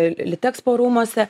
litekspo rūmuose